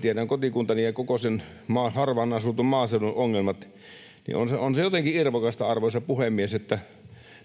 Tiedän kotikuntani ja koko sen harvaan asutun maaseudun ongelmat, ja olen siitä hyvin pahoillani, ja on se jotenkin irvokasta, arvoisa puhemies, että